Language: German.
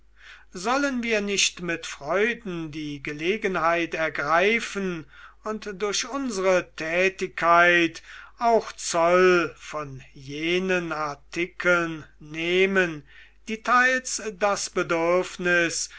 sollen wir nicht mit freuden die gelegenheit ergreifen und durch unsere tätigkeit auch zoll von jenen artikeln nehmen die teils das bedürfnis